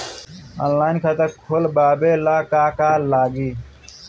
Online खाता खोलबाबे ला का का लागि?